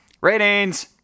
Ratings